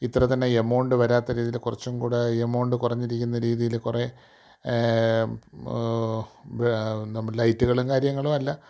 ഇത്ര തന്നെ എമൗണ്ട് വരാത്ത രീതിയിൽ കുറച്ചും കൂടെ എമൗണ്ട് കുറഞ്ഞിരിക്കുന്ന രീതിയിൽ കുറേ ലൈറ്റുകളും കാര്യങ്ങളുമല്ല